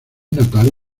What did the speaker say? natal